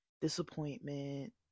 disappointment